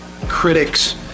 critics